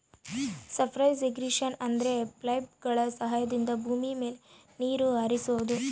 surface irrigation ಅಂದ್ರೆ ಪೈಪ್ಗಳ ಸಹಾಯದಿಂದ ಭೂಮಿ ಮೇಲೆ ನೀರ್ ಹರಿಸೋದು